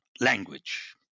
language